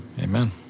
Amen